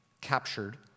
captured